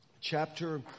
chapter